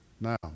Now